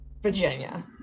Virginia